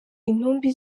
intumbi